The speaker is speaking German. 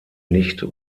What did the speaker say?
nicht